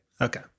Okay